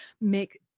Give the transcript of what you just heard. make